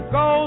go